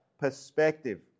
perspective